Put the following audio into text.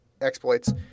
exploits